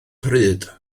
pryd